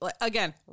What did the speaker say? again